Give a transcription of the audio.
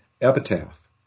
epitaph